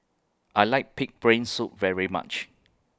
I like Pig'S Brain Soup very much